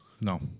No